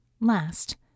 Last